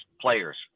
players